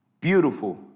beautiful